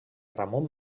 ramon